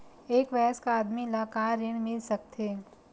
एक वयस्क आदमी ल का ऋण मिल सकथे?